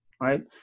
right